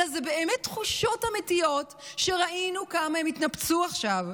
אלא אלה באמת תחושות אמיתיות שראינו כמה הן התנפצו עכשיו,